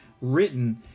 written